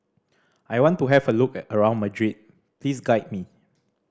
I want to have a look around Madrid please guide me